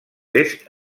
est